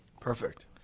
Perfect